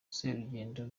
serugendo